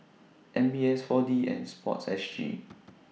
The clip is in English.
M B S four D and Sports S G